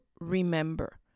remember